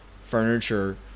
furniture